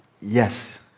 yes